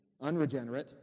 unregenerate